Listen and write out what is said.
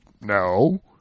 No